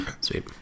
sweet